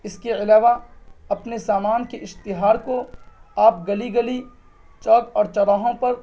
اس کے علاوہ اپنے سامان کے اشتہار کو آپ گلی گلی چوک اور چوراہوں پر